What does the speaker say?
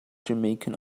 jamaican